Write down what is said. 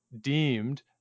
deemed